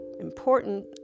important